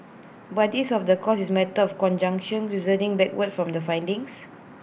but this of the course is matter of conjunction reasoning backward from the findings